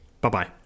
Bye-bye